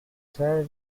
severe